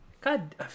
God